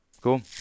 Cool